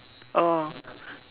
oh